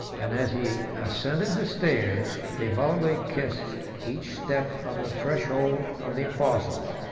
and, as he ascended the stairs, devoutly kissed each step of the threshold of the apostles.